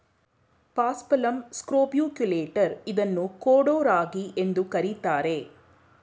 paspalum scrobiculatum ಇದನ್ನು ಕೊಡೋ ರಾಗಿ ಎಂದು ಕರಿತಾರೆ